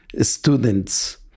students